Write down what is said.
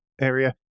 area